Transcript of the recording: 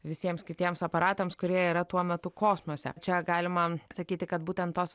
visiems kitiems aparatams kurie yra tuo metu kosmose čia galima sakyti kad būtent tos